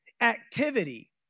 activity